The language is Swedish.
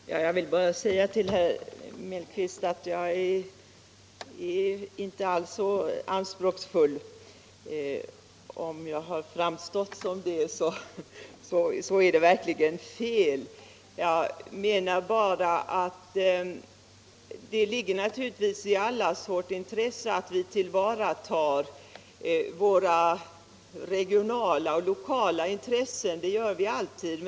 Herr talman! Jag vill bara säga till herr Mellqvist att jag inte alls är så anspråksfull som jag tydligen här har framstått att vara. Jag menar bara att det naturligtvis är en strävan hos oss alla att tillvarata våra regionala och lokala intressen. Det gör vi ju alltid.